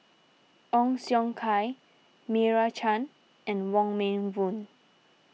Ong Siong Kai Meira Chand and Wong Meng Voon